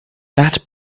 that